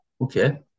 Okay